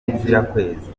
bizirakwezi